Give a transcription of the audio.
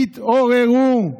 תתעוררו.